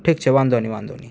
ઠીક છે વાંધો નહીં વાંધો નહીં